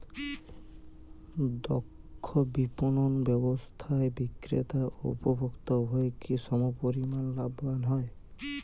দক্ষ বিপণন ব্যবস্থায় বিক্রেতা ও উপভোক্ত উভয়ই কি সমপরিমাণ লাভবান হয়?